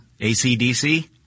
ACDC